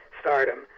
stardom